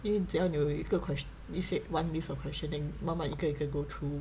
因为只要你有一个一些 one list of question then 慢慢一个一个 go through